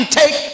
take